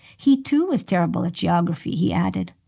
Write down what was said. he too was terrible at geography, he added.